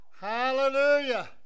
Hallelujah